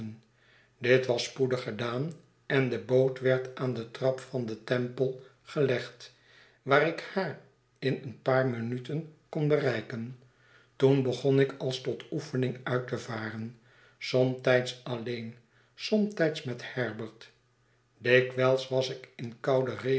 dit was spoedig gedaan en de boot werd aan de trap van den temple gelegd waar ik haar in een paar minuten kon bereiken toen begon ik als tot oefening uit te varen somtijds alleen somtijds met herbert dikwijls was ik